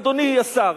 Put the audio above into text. אדוני השר,